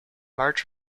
march